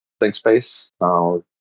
ThinkSpace